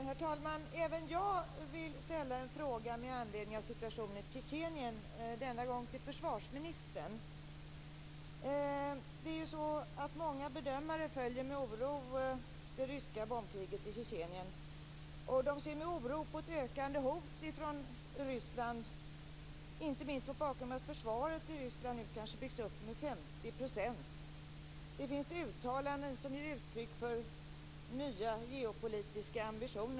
Herr talman! Även jag vill ställa en fråga med anledning av situationen i Tjetjenien. Denna gång till försvarsministern. Många bedömare följer med oro det ryska bombkriget i Tjetjenien, och de ser med oro på ett ökande hot från Ryssland, inte minst mot bakgrund av att försvaret i Ryssland nu byggs upp med kanske Det finns uttalanden som ger uttryck för nya geopolitiska ambitioner.